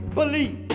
believe